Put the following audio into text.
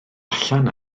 allan